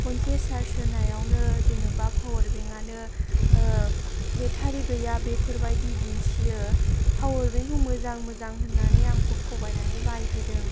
खनसे चार्ज होनायावनो जेन'बा पावार बेंकआनो बेटारि गैया बेफोरबायदि दिन्थियो पावार बेंकखौ मोजां मोजां होननानै आंखौ थगायनानै बायहोदों